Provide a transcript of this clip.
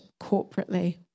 corporately